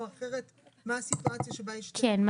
או אחרת מה הסיטואציה שבה יש שתי --- כן,